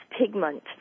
pigment